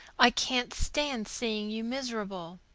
i can't stand seeing you miserable.